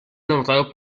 nombrado